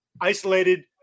isolated